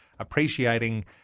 appreciating